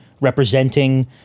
representing